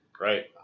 Right